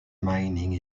mining